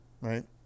right